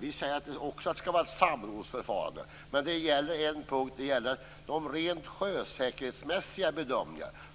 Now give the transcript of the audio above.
Vi säger också att det skall vara ett samrådsförfarande. Men det här gäller en punkt. Det gäller de rent sjösäkerhetsmässiga bedömningarna.